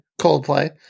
Coldplay